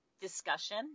discussion